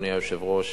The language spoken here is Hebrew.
אדוני היושב-ראש,